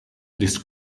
this